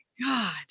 God